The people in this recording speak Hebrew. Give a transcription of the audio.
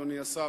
אדוני השר,